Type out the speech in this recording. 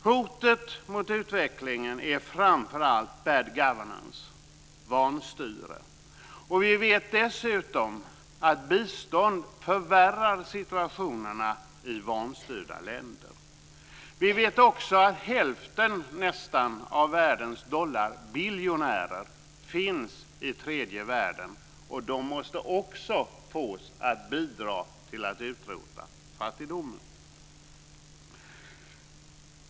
Hotet mot utvecklingen är framför allt bad governance, vanstyre. Vi vet dessutom att bistånd förvärrar situationen i vanstyrda länder. Vi vet också att nästan hälften av världens dollarbiljonärer finns i tredje världen, och de måste också fås att bidra till att utrota fattigdomen.